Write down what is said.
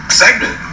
segment